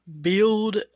build